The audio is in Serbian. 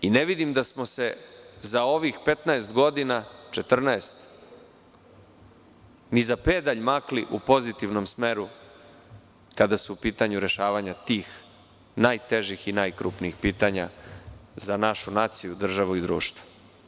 Ne vidim da smo se za ovih 14 godina ni za pedalj makli u pozitivnom smeru kada su u pitanju rešavanja tih najtežih i najkrupnijih pitanja za našu naciju, državu i društvo.